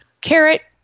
Carrot